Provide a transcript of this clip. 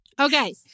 Okay